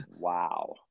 Wow